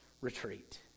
retreat